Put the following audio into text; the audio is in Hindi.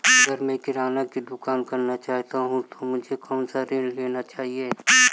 अगर मैं किराना की दुकान करना चाहता हूं तो मुझे कौनसा ऋण लेना चाहिए?